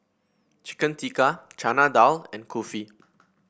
Chicken Tikka Chana Dal and Kulfi